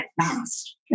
fast